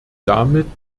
damit